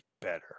better